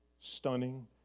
stunning